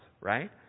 right